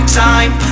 time